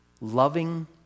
loving